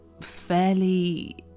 fairly